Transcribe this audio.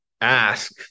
ask